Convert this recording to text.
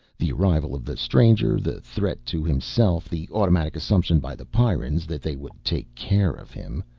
the arrival of the stranger, the threat to himself, the automatic assumption by the pyrrans that they would take care of him.